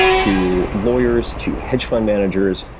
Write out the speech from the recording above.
to lawyers, to hedge fund managers,